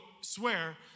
swear